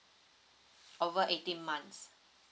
over eighteen months